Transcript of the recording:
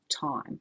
time